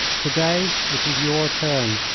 to-day it is your turn,